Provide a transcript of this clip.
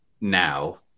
now